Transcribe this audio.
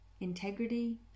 integrity